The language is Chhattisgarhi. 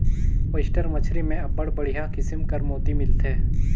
ओइस्टर मछरी में अब्बड़ बड़िहा किसिम कर मोती मिलथे